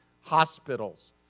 Hospitals